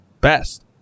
best